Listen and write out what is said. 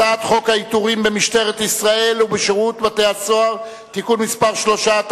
הצעת חוק העיטורים במשטרת ישראל ובשירות בתי-הסוהר (תיקון מס' 3),